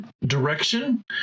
direction